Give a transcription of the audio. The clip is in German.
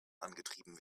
angetrieben